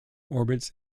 orbits